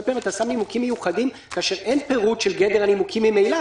פעמים אתה שם נימוקים מיוחדים כאשר אין פירוט של גדר הנימוקים ממילא,